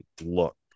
look